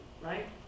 right